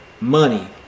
money